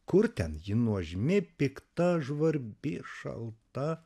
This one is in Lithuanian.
kur ten ji nuožmi pikta žvarbi šalta